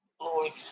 Lord